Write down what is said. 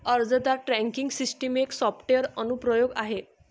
अर्जदार tracking system एक software अनुप्रयोग आहे